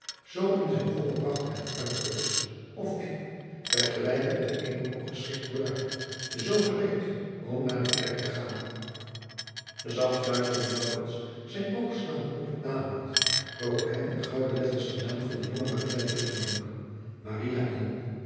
zoo in zijn volle pracht en uitgerust of ik vergelijk het bij eéne opgeschikte bruid zoo gereed om naar de kerk te gaan zacht fluisterde maurits zijn oog slaande op het naambord waarop hem in gouden letters de naam van de jonge maria tegenblonk maria in